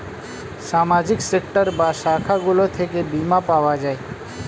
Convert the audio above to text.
সামাজিক সেক্টর বা শাখাগুলো থেকে বীমা পাওয়া যায়